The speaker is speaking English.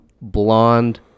blonde